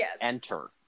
enter